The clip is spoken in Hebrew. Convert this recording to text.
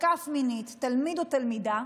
שתקף מינית, תלמיד או תלמידה,